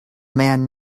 man